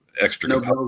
extra